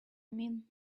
mean